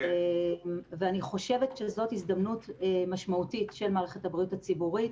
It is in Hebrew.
אני חושבת שזאת הזדמנות משמעותית של מערכת הבריאות הציבורית,